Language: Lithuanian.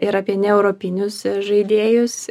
ir apie neeuropinius žaidėjus